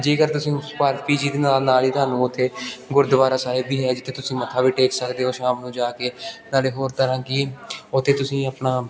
ਜੇਕਰ ਤੁਸੀਂ ਪਰ ਪੀ ਜੀ ਦੇ ਨਾਲ ਨਾਲ ਹੀ ਤੁਹਾਨੂੰ ਉੱਥੇ ਗੁਰਦੁਆਰਾ ਸਾਹਿਬ ਵੀ ਹੈ ਜਿੱਥੇ ਤੁਸੀਂ ਮੱਥਾ ਵੀ ਟੇਕ ਸਕਦੇ ਹੋ ਸ਼ਾਮ ਨੂੰ ਜਾ ਕੇ ਨਾਲੇ ਹੋਰ ਤਰ੍ਹਾਂ ਕਿ ਉੱਥੇ ਤੁਸੀਂ ਆਪਣਾ